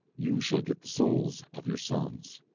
you shall get the souls of your sons.